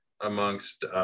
amongst